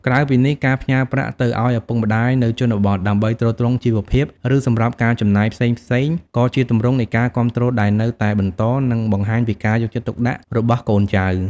ក្រៅពីនេះ ការផ្ញើប្រាក់ទៅឱ្យឪពុកម្ដាយនៅជនបទ ដើម្បីទ្រទ្រង់ជីវភាព ឬសម្រាប់ការចំណាយផ្សេងៗ ក៏ជាទម្រង់នៃការគាំទ្រដែលនៅតែបន្ត និងបង្ហាញពីការយកចិត្តទុកដាក់របស់កូនចៅ។